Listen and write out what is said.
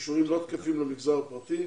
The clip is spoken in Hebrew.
והאישורים לא תקפים למגזר הפרטי.